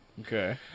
Okay